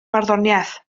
barddoniaeth